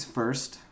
first